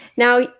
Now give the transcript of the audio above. Now